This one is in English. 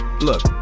Look